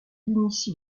initie